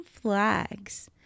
flags